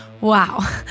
Wow